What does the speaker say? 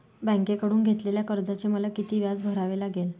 बँकेकडून घेतलेल्या कर्जाचे मला किती व्याज भरावे लागेल?